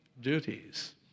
duties